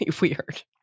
weird